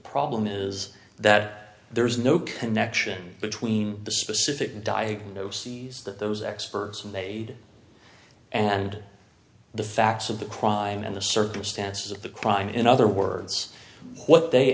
problem is that there is no connection between the specific diagnoses that those experts made and the facts of the crime and the circumstances of the crime in other words what they